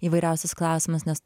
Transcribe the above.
įvairiausius klausimus nes